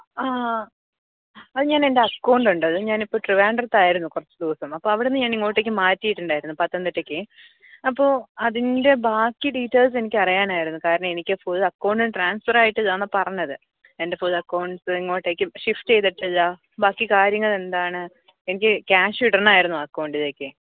ആ അത് ഞാനെന്റെ അക്കൗണ്ട് ഉണ്ട് അത് ഞാൻ ഇപ്പം ട്രിവാന്ഡ്രത്തായിരുന്നു കുറച്ച് ദിവസം അപ്പം അവിടുന്ന് ഞാൻ ഇങ്ങോട്ടേക്ക് മാറ്റിയിട്ട് ഉണ്ടായിരുന്നു പത്തനംതിട്ടക്കേ അപ്പോൾ അതിന്റെ ബാക്കി ഡീറ്റേയ്ല്സ് എനിക്കറിയാനാരുന്നു കാരണം എനിക്ക് പുതിയ അക്കൗണ്ട് ട്രാന്സ്ഫർ ആയിട്ടിതാന്നാ പറഞ്ഞത് എന്റെ പുതിയ അക്കൗണ്ട്സ് ഇങ്ങോട്ടേക്കും ഷിഫ്റ്റ് ചെയ്തിട്ടില്ല ബാക്കി കാര്യങ്ങളെന്താണ് എനിക്ക് ക്യാഷ് ഇടണമായിരുന്നു അക്കൗണ്ടിലേക്ക്